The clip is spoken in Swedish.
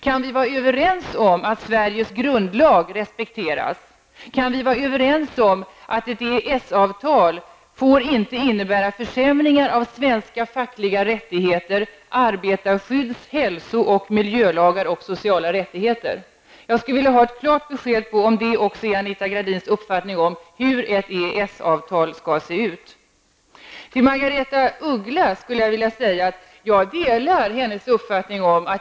Kan vi vara överens om att Sveriges grundlag respekteras? Kan vi vara överens om att ett EES avtal inte får innebära försämringar av svenska fackliga rättigheter, arbetarskydds-, hälso och miljölagar och sociala rättigheter? Jag skulle vilja ha ett klart besked om det även är Anita Gradins uppfattning om hur ett EES-avtal skall se ut. Till Margaretha af Ugglas skulle jag vilja säga att jag delar hennes uppfattning.